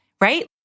right